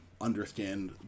understand